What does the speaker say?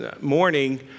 morning